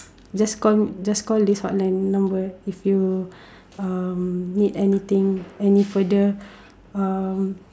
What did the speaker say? just call just call this hotline number if you um need anything any further um